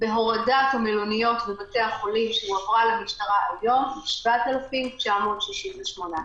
בהורדת המלוניות ובתי החולים שהועברה למשטרה היום נמצאים 7,968 חולים.